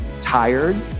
tired